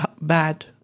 bad